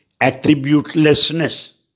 attributelessness